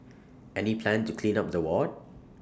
any plan to clean up the ward